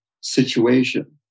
situation